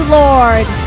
lord